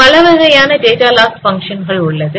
பலவகையான data loss function கள் உள்ளது